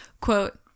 Quote